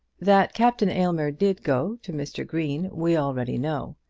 that captain aylmer did go to mr. green we already know,